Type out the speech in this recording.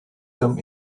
them